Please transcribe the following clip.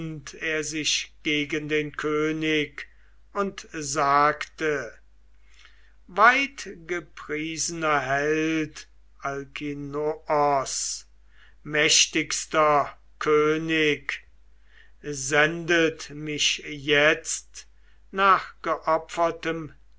er sich gegen den könig und sagte weitgepriesener held alkinoos mächtigster könig sendet mich jetzt nach geopfertem